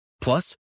Plus